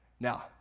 Now